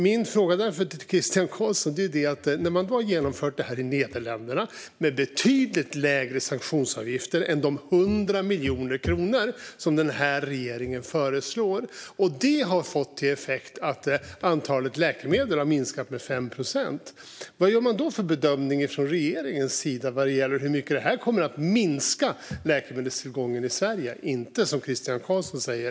Min fråga till Christian Carlsson är därför: I och med att man har genomfört detta i Nederländerna, med betydligt lägre sanktionsavgifter än de 100 miljoner kronor regeringen föreslår, och det har fått effekten att antalet läkemedel har minskat med 5 procent - vad gör man från regeringens sida för bedömning av hur mycket detta kommer att minska läkemedelstillgången i Sverige? Den kommer inte att öka, som Christian Carlsson säger.